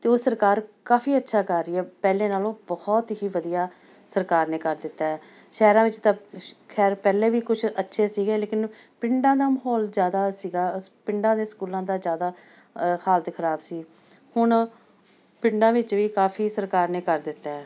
ਅਤੇ ਉਹ ਸਰਕਾਰ ਕਾਫੀ ਅੱਛਾ ਕਰ ਰਹੀ ਹੈ ਪਹਿਲੇ ਨਾਲੋਂ ਬਹੁਤ ਹੀ ਵਧੀਆ ਸਰਕਾਰ ਨੇ ਕਰ ਦਿੱਤਾ ਸ਼ਹਿਰਾਂ ਵਿੱਚ ਤਾਂ ਸ਼ ਖੈਰ ਪਹਿਲੇ ਵੀ ਕੁਛ ਅੱਛੇ ਸੀਗੇ ਲੇਕਿਨ ਪਿੰਡਾਂ ਦਾ ਮਾਹੌਲ ਜ਼ਿਆਦਾ ਸੀਗਾ ਪਿੰਡਾਂ ਦੇ ਸਕੂਲਾਂ ਦਾ ਜ਼ਿਆਦਾ ਹਾਲਤ ਖ਼ਰਾਬ ਸੀ ਹੁਣ ਪਿੰਡਾਂ ਵਿੱਚ ਵੀ ਕਾਫੀ ਸਰਕਾਰ ਨੇ ਕਰ ਦਿੱਤਾ